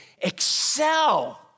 excel